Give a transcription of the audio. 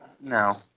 no